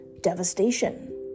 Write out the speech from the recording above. devastation